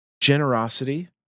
generosity